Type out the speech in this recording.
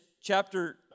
chapter